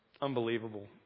Unbelievable